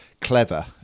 clever